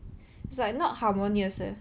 it's like not harmonious leh